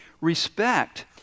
Respect